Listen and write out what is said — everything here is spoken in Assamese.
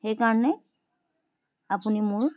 সেইকাৰণে আপুনি মোৰ